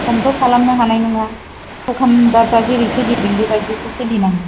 खमथ' खालामनो हानाय नङा दखानदारफ्रा जेरै सोलिदों बेबायदिथ' सोलिनांगोन